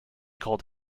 called